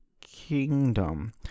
kingdom